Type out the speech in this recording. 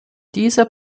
dieser